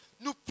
nous